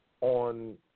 on